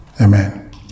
Amen